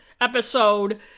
episode